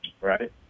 Right